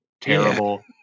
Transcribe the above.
terrible